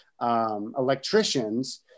electricians